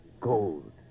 Gold